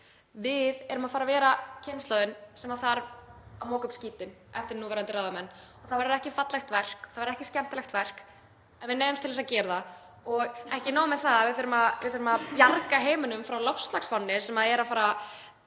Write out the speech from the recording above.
Við erum kynslóðin sem þarf að moka upp skítinn eftir núverandi ráðamenn. Það verður ekki fallegt verk, það verður ekki skemmtilegt verk en við neyðumst til að gera það. Og ekki nóg með að við þurfum að bjarga heiminum frá loftslagsvánni sem er að fara